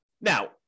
Now